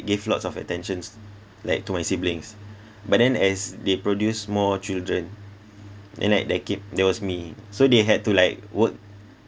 gave lots of attentions like to my siblings but then as they produce more children kid that was me so they had to like work